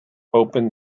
open